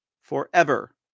forever